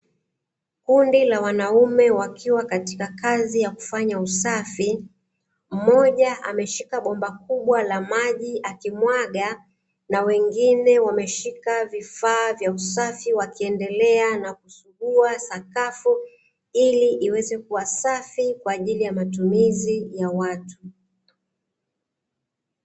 Kundi la wanaume wakiwa katika kazi yakufanya usafi mmoja ameshika bomba kubwa la maji, akimwaga na wengine wameshika vifaa vya usafi wakiendelea na kusugua sakafu iliiweze kuwa safi kwa ajili ya matumizi ya watu.